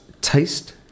taste